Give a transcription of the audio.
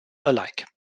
alike